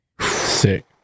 Sick